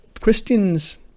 Christians